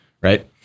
right